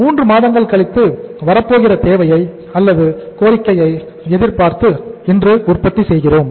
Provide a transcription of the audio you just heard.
3 மாதங்கள் கழித்து வரப்போகிற தேவையை அல்லது கோரிக்கையை எதிர்பார்த்து இன்று உற்பத்தி செய்கிறோம்